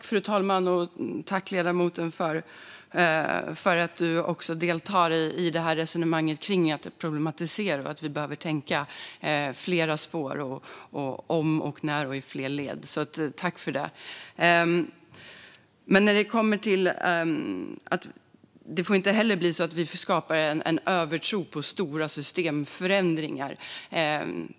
Fru talman! Tack till ledamoten, som deltar i resonemanget kring att problematisera och att vi behöver tänka i flera led på om och när! Det får inte bli så att vi skapar en övertro på stora systemförändringar.